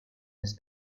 has